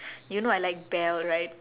you know I like belle right